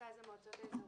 מרכז המועצות האזוריות.